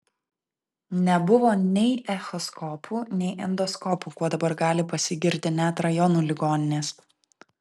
nebuvo nei echoskopų nei endoskopų kuo dabar gali pasigirti net rajonų ligoninės